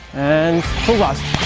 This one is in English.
and pull up.